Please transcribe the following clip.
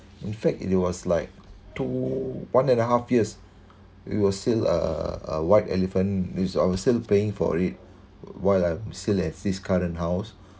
in fact it was like two one and a half years it was still uh a white elephant we I was still paying for it while I'm still at this current house